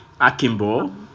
Akimbo